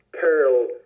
pearl